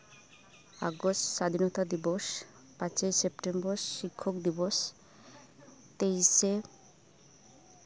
August ᱥᱟᱫᱷᱤᱱᱚᱛᱟ ᱫᱤᱵᱚᱥ ᱯᱟᱸᱪᱮᱭ ᱥᱮᱯᱴᱮᱢᱵᱚᱨ ᱥᱤᱠᱠᱷᱚᱠ ᱫᱤᱵᱚᱥ ᱛᱮᱭᱤᱥᱮ